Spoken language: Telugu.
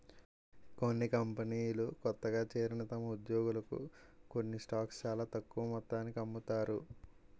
కొన్ని కంపెనీలు కొత్తగా చేరిన తమ ఉద్యోగులకు కొన్ని స్టాక్స్ చాలా తక్కువ మొత్తానికి అమ్ముతారు